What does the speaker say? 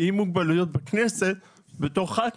עם מוגבלויות בכנסת בתור ח"כים,